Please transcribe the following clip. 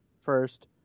first